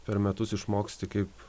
per metus išmoksti kaip